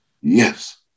yes